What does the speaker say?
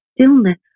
stillness